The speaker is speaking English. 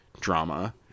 drama